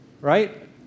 right